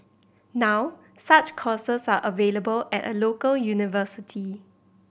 now such courses are available at a local university